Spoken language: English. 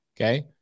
Okay